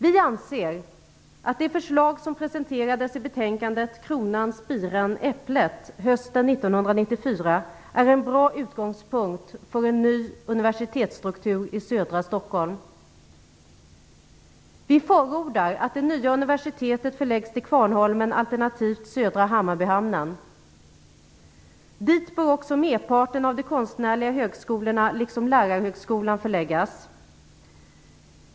Vi anser att det förslag som presenterades i betänkandet "Kronan Spiran Äpplet" hösten 1994 är en bra utgångspunkt för en ny universitetsstruktur i södra Stockholm. Vi förordar att det nya universitetet förläggs till Kvarnholmen alternativt Södra Hammarbyhamnen. Dit bör också merparten av de konstnärliga högskolorna liksom lärarhögskolan förläggas.